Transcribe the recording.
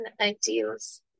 ideals